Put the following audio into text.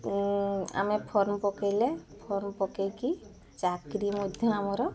ଆମେ ଫର୍ମ୍ ପକାଇଲେ ଫର୍ମ୍ ପକାଇକି ଚାକିରୀ ମଧ୍ୟ ଆମର